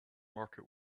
market